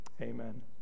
amen